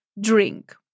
drink